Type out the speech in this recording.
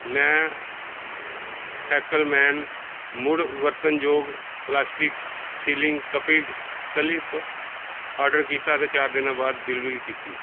ਮੈਂ ਫੈਕਲਮੈਨ ਮੁੜ ਵਰਤਣਯੋਗ ਪਲਾਸਟਿਕ ਸੀਲਿੰਗ ਕਪਿਲ ਕਲਿੱਪ ਆਰਡਰ ਕੀਤਾ ਅਤੇ ਚਾਰ ਦਿਨਾਂ ਬਾਅਦ ਡਿਲੀਵਰੀ ਕੀਤੀ